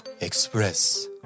express